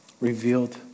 revealed